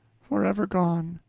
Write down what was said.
forever gone!